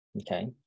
okay